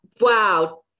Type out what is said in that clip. wow